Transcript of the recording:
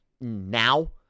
now